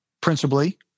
principally